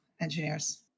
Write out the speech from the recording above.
engineers